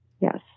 Yes